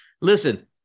Listen